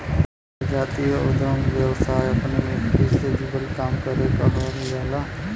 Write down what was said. प्रजातीय उद्दम व्यवसाय अपने मट्टी से जुड़ल काम करे के कहल जाला